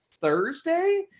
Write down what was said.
Thursday